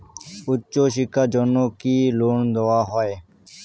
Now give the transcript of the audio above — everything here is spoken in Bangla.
উচ্চশিক্ষার জন্য কি লোন দেওয়া হয়?